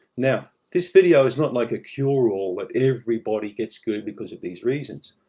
now, this video is not like a cure all, like everybody gets good because of these reasons.